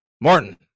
Martin